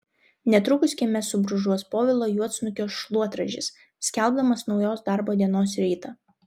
netrukus kieme subrūžuos povilo juodsnukio šluotražis skelbdamas naujos darbo dienos rytą